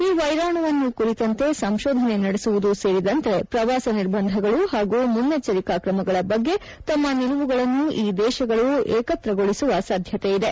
ಈ ವ್ಯೆರಾಣುವನ್ನು ಕುರಿತಂತೆ ಸಂಶೋಧನೆ ನಡೆಸುವುದು ಸೇರಿದಂತೆ ಪ್ರವಾಸ ನಿರ್ಬಂಧಗಳು ಹಾಗೂ ಮುನ್ನೆಚ್ಚರಿಕೆ ಕ್ರಮಗಳ ಬಗ್ಗೆ ತಮ್ಮ ನಿಲುವುಗಳನ್ನು ಈ ದೇಶಗಳು ಏಕತ್ರಗೊಳಿಸುವ ಸಾದ್ಯತೆ ಇದೆ